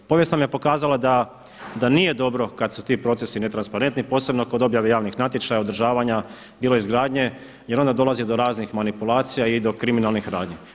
Povijest nam je pokazala da nije dobro kada su ti procesi netransparentni posebno kod objave javnih natječaja, održavanja, bilo izgradnje jer onda dolazi do raznih manipulacija i do kriminalnih radnji.